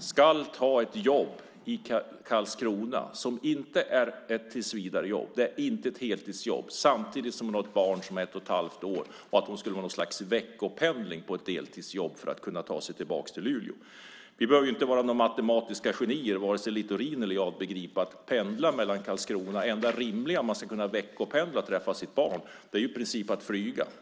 ska ta ett jobb i Karlskrona, som inte är ett tillsvidarejobb eller heltidsjobb, samtidigt som hon har ett barn som är ett och ett halvt år? Hon måste alltså veckopendla för ett deltidsjobb. Varken Littorin eller jag måste vara matematiska genier för att begripa att det enda rimliga om man ska kunna veckopendla mellan Karlskrona och Luleå och träffa sitt barn är att man flyger.